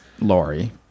Lori